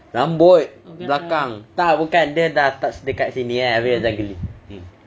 rambut belakang tak bukan dia dah kat sini kan habis macam geli